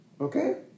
okay